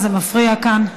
זה מפריע כאן.